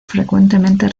frecuentemente